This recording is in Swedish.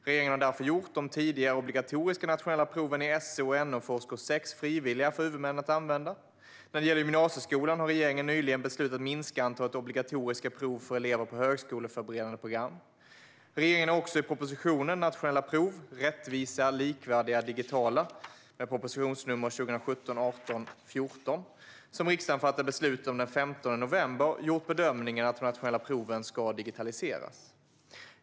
Regeringen har därför gjort de tidigare obligatoriska nationella proven i SO och NO för årskurs 6 frivilliga för huvudmännen att använda. När det gäller gymnasieskolan har regeringen nyligen beslutat att minska antalet obligatoriska prov för elever på högskoleförberedande program. Regeringen har också i propositionen Nationella prov - rättvisa, likvärdiga, digitala , som riksdagen fattade beslut om den 15 november, gjort bedömningen att de nationella proven bör digitaliseras.